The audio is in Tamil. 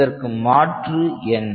இதற்கு மாற்று என்ன